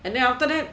and then after that